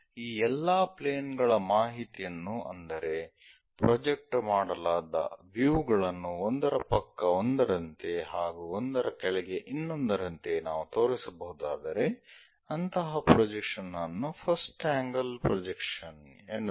ಈ ಎಲ್ಲಾ ಪ್ಲೇನ್ ಗಳ ಮಾಹಿತಿಯನ್ನು ಅಂದರೆ ಪ್ರೊಜೆಕ್ಟ್ ಮಾಡಲಾದ ವ್ಯೂ ಗಳನ್ನು ಒಂದರ ಪಕ್ಕ ಒಂದರಂತೆ ಹಾಗೂ ಒಂದರ ಕೆಳಗೆ ಇನ್ನೊಂದರಂತೆ ನಾವು ತೋರಿಸಬಹುದಾದರೆ ಅಂತಹ ಪ್ರೊಜೆಕ್ಷನ್ ಅನ್ನು ಫಸ್ಟ್ ಆಂಗಲ್ ಪ್ರೊಜೆಕ್ಷನ್ ಎನ್ನುತ್ತೇವೆ